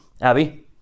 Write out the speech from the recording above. Abby